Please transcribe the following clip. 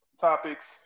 topics